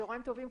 צהריים טובים.